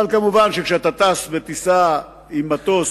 אבל, כמובן, כשאתה בטיסה עם מטוס